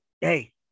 Hey